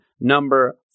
number